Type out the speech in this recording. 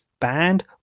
band